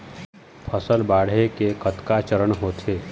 फसल बाढ़े के कतका चरण होथे?